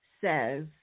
says